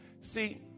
See